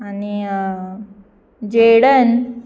आनी जेडन